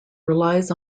relies